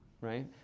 right